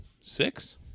Six